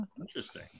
interesting